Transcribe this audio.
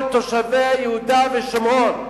כל תושבי יהודה ושומרון,